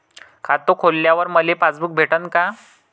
खातं खोलल्यावर मले पासबुक भेटन का?